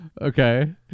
Okay